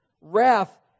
Wrath